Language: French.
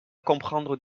comprendre